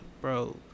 bro